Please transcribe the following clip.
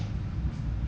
apparently singapore